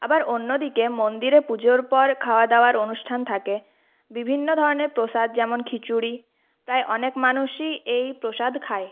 আবার অন্য দিকে মন্দিরে পুজোর পর খাওয়া দাওয়ার অনুষ্ঠান থাকে বিভিন্ন ধরনের প্রসাদ যেমন খিচুড়ি প্রায় অনেক মানুষই এই প্রসাদ খায়